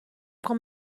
تونم